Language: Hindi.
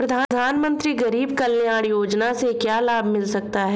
प्रधानमंत्री गरीब कल्याण योजना से क्या लाभ मिल सकता है?